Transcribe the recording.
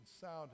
sound